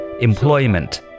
employment